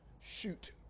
shoot